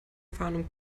fahren